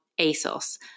ASOS